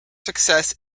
success